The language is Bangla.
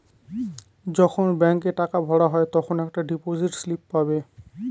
যখন ব্যাঙ্কে টাকা ভরা হয় তখন একটা ডিপোজিট স্লিপ পাবে